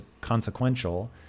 consequential